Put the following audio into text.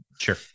Sure